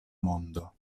mondo